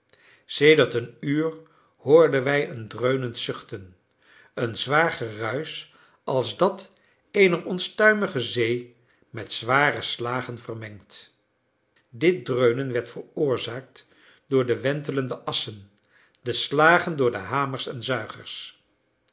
sedert een uur hoorden wij een dreunend zuchten een zwaar geruisch als dat eener onstuimige zee met zware slagen vermengd dit dreunen werd veroorzaakt door de wentelende assen de slagen door de hamers en zuigers